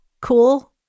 cool